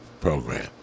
program